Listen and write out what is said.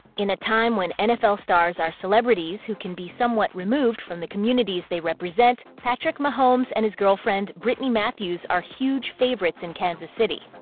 in a time when nfl nfl stars are celebrities who can be somewhat removed from the communities they represent, patrick mahomes and his girlfriend, brittany matthews, are huge favorites in kansas city.